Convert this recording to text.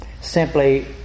simply